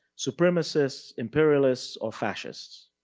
supremacists, imperialists, or facists.